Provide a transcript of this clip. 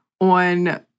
on